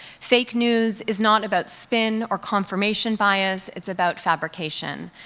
fake news is not about spin or confirmation bias. it's about fabrication.